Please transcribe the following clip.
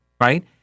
right